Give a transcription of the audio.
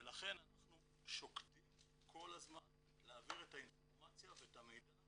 לכן אנחנו שוקדים כל הזמן להעביר את האינפורמציה ואת המידע,